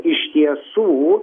iš tiesų